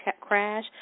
crash